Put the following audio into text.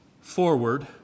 forward